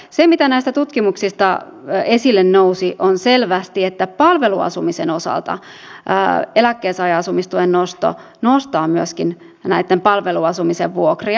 se mitä näistä tutkimuksista esille nousi on selvästi että palveluasumisten osalta eläkkeensaajan asumistuen nosto nostaa myöskin näitten palveluasumisten vuokria